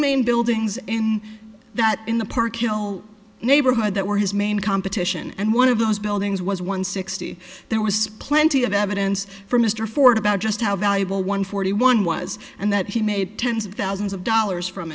main buildings in the park you know neighborhood that were his main competition and one of those buildings was one sixty there was plenty of evidence for mr ford about just how valuable one forty one was and that he made tens of thousands of dollars from